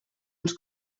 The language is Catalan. uns